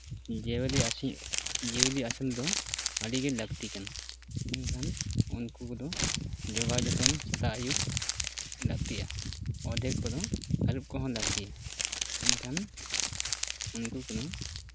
ᱡᱤᱭᱟᱹᱞᱤ ᱟᱹᱥᱩᱞ ᱡᱤᱭᱟᱹᱞᱤ ᱟᱹᱥᱩᱞ ᱫᱚ ᱟᱹᱰᱤᱜᱮ ᱞᱟᱹᱠᱛᱤ ᱠᱟᱱᱟ ᱢᱮᱱᱠᱷᱟᱱ ᱩᱱᱠᱩ ᱠᱚᱫᱚ ᱡᱚᱜᱟᱣ ᱡᱚᱛᱚᱱ ᱥᱮᱛᱟᱜ ᱟᱹᱭᱩᱵ ᱞᱟᱹᱠᱛᱤᱭᱟ ᱟᱫᱷᱮᱠ ᱠᱚᱫᱚ ᱟᱹᱨᱩᱵ ᱠᱚᱦᱚᱸ ᱞᱟᱹᱠᱛᱤᱭᱟ ᱢᱮᱱᱠᱷᱟᱱ ᱩᱱᱠᱩ ᱠᱚᱫᱚ